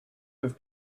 have